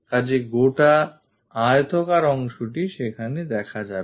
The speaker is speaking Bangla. কাজেই গোটা আয়তাকার অংশটি সেখানে দেখা যাবে